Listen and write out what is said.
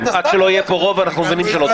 עד שלא יהיה פה רוב, אנחנו מבינים שלא תבין.